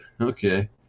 Okay